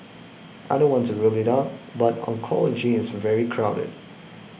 I don't want to rule it out but oncology is very crowded